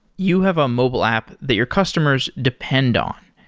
you have a mobile app that your customers depend on,